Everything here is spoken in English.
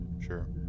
Sure